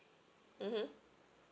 mmhmm